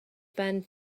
burned